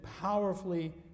powerfully